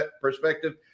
perspective